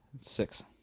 Six